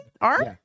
Art